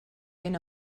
ben